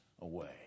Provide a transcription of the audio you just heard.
away